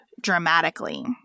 dramatically